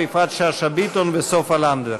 יפעת שאשא ביטון וסופה לנדבר.